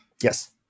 Yes